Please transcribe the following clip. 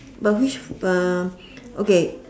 but which but uh okay